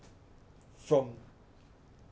from